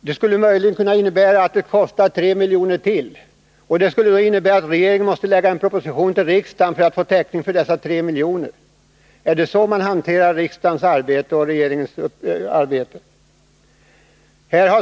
Om kostnaderna blir t.ex. 3 milj.kr. högre än anslaget, måste regeringen lägga fram en proposition till riksdagen för att få täckning för dessa 3 milj.kr. Är det så man vill att riksdagen och regeringen skall arbeta?